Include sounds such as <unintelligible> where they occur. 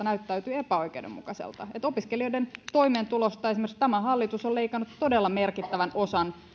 <unintelligible> näyttäytyy epäoikeudenmukaisena eli esimerkiksi opiskelijoiden toimeentulosta hallitus on leikannut todella merkittävän osan